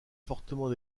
fortement